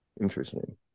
Interesting